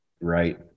Right